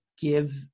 give